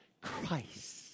Christ